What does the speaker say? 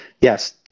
yes